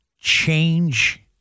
change